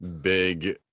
big